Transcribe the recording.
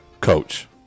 coach